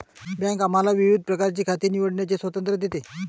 bank आम्हाला विविध प्रकारची खाती निवडण्याचे स्वातंत्र्य देते